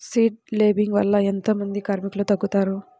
Seed లేంబింగ్ వల్ల ఎంత మంది కార్మికులు తగ్గుతారు?